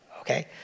Okay